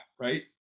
right